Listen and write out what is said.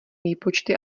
výpočty